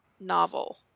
novel